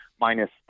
minus